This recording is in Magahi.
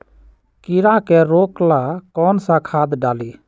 कीड़ा के रोक ला कौन सा खाद्य डाली?